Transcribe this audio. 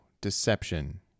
deception